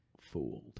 fooled